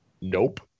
Nope